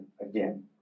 Again